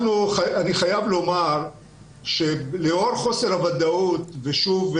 אני חייב לומר שלאור חוסר הוודאות ושוב,